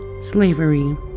slavery